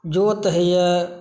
जोत होइया